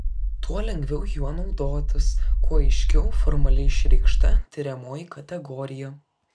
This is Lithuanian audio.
tuo lengviau juo naudotis kuo aiškiau formaliai išreikšta tiriamoji kategorija